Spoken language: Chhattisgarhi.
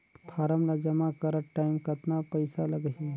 फारम ला जमा करत टाइम कतना पइसा लगही?